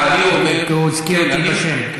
כי הוא הזכיר אותי בשם.